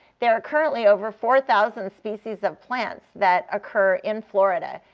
there are currently over four thousand species of plants that occur in florida.